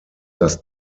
das